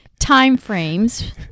timeframes